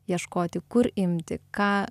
ieškoti kur imti ką